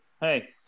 Hey